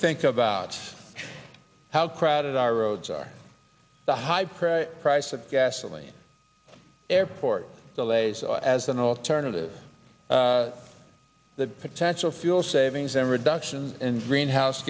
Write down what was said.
think about how crowded our roads are the high price price of gasoline airport delays as an alternative the potential fuel savings and reduction in greenhouse